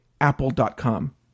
apple.com